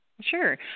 Sure